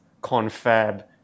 confab